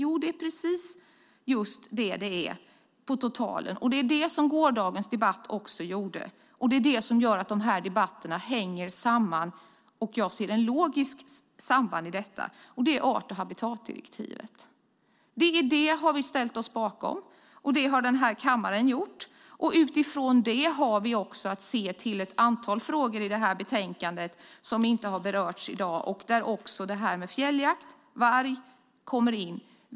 Jo, det är just vad det är. Det togs också upp i gårdagens debatt. Det som gör att de här debatterna hänger samman är art och habitatdirektivet. Det har den här kammaren ställt sig bakom. Utifrån det har vi att se till ett antal frågor i betänkandet som inte har berörts i dag. Där kommer frågan om fjälljakt och varg in.